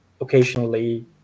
occasionally